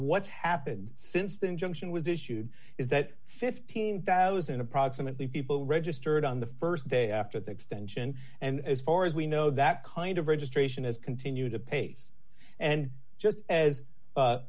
what's happened since the injunction was issued is that fifteen thousand approximately people registered on the st day after the extension and as far as we know that kind of registration is continued to pace and just as